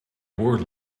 were